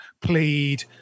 plead